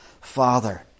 Father